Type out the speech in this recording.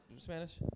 Spanish